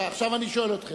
עכשיו אני שואל אתכם,